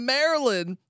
Maryland